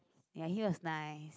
ya he was nice